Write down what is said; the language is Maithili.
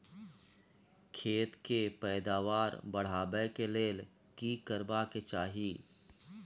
खेत के पैदावार बढाबै के लेल की करबा के चाही?